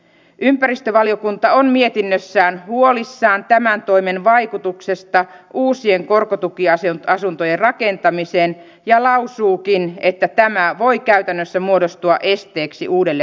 ympäristövaliokunta on mietinnössään huolissaan tämän toimen vaikutuksesta uusien korkotukiasuntojen rakentamiseen ja lausuukin että tämä voi käytännössä muodostua esteeksi uudelle tuotannolle